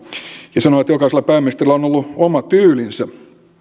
ja sanoi että jokaisella pääministerillä on ollut oma tyylinsä